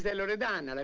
loredana?